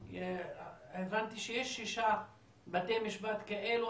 הבנתי שיש שישה בתי משפט כאלה,